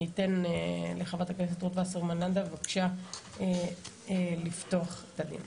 אני אתן לחברת הכנסת רות וסרמן לנדה בבקשה לפתוח את הדיון.